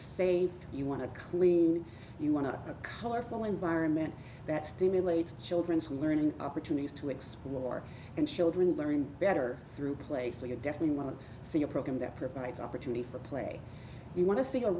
say you want to clean you want to a colorful environment that stimulates children's we learning opportunities explore and children learn better through play so you definitely want to see a program that provides opportunity for play you want to see a